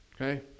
Okay